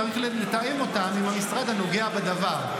צריך לתאם אותן עם המשרד הנוגע בדבר.